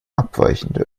abweichende